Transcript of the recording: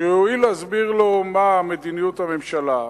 שיואיל להסביר לו מה מדיניות הממשלה,